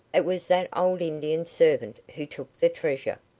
it was that old indian servant who took the treasure.